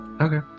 Okay